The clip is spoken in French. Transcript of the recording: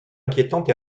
inquiétante